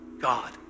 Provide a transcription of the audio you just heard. God